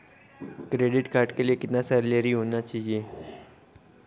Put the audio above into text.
Credit card के लिए कितनी सैलरी होनी चाहिए?